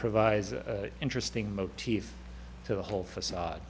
provides a interesting motif to the whole facade